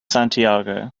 santiago